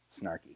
snarky